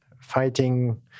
fighting